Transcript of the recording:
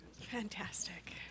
Fantastic